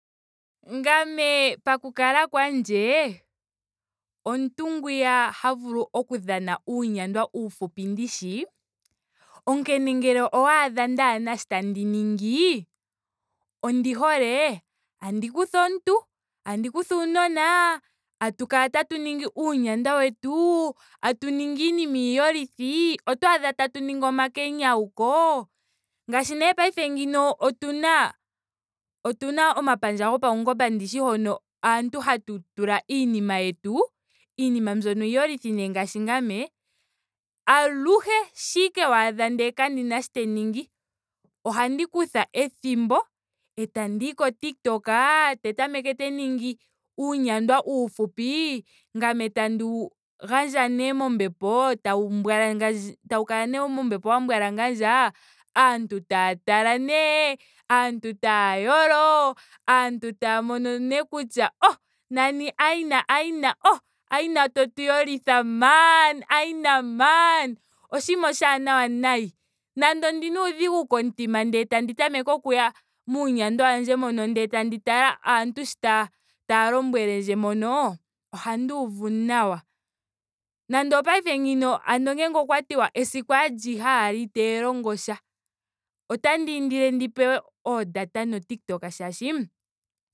Ngame mwene poku kala kwandje omuntu ngwiya ha vulu oku dhana uunyandwa uufupi ndishi. onkene ngele owaadha ndaahena shoka tandi ningi. ondi hole. tandi kutha omuntu, tandi kutha uunona. tatu kala tatu ningi uunyangwa wetu. tatu ningi iinima iiyolithi. oto adha tatu ningi omakenyauko. Ngaashi nee paife ngeyi otuna otuna omapandja gopaungomba ndishi hono aantu hatu tula iinima yetu. iinima nee mbyono iiyolithi ngaashi ngame. aluhe shampa ashike waadha ndele kandina shoka tandi ningi. ohandi kutha ethimbo. etandiyi ko tik tok te tameke te ningi uunyandwa uufupi. ngame tandi wu gandja nee mombepo. tau mbwalangandja tau kala nee mombepo wwa mbwalangandja. aantu taya tala nee. aantu taya yolo. aantu taya mono nee kutya oh nani aina aina oh- aina totu ylitha maan. Aina maan. oshinima oshaanawa nayi. Nando ondina uudhigu komutima ndele tandi tameke okuya muunyandwa wandje mono ndele tandi tala sho aantu taya taya lombwelendje mono. ohandi uvu nawa. Nando opaife ndeyi ano ngele okwa tiwa esiku alihe owala itandii longo sha. otandi indile ndi pewe oo data no tik tok molwaashoka